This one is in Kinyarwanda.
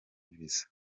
mvisa